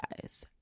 guys